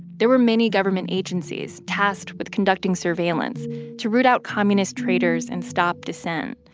there were many government agencies tasked with conducting surveillance to root out communist traitors and stop dissent.